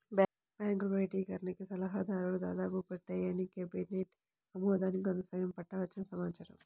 బ్యాంకుల ప్రైవేటీకరణకి సన్నాహాలు దాదాపు పూర్తయ్యాయని, కేబినెట్ ఆమోదానికి కొంత సమయం పట్టవచ్చని సమాచారం